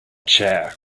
chair